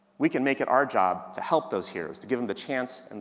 we can make it our job to help those heroes, to give them the chance, and